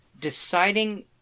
deciding